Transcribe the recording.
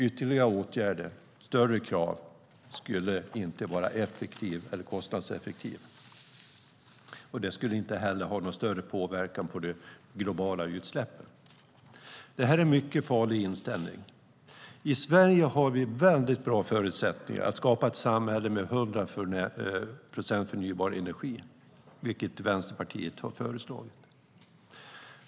Ytterligare åtgärder och större krav skulle inte vara effektiva eller kostnadseffektiva och det skulle inte heller ha någon större påverkan på de globala utsläppen. Det är en farlig inställning. I Sverige har vi väldigt bra förutsättningar att skapa ett samhälle med 100 procent förnybar energi, vilket Vänsterpartiet har föreslagit.